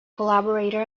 collaborator